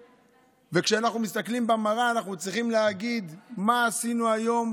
כשאנחנו מסתכלים במראה אנחנו צריכים להגיד מה עשינו היום